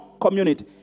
community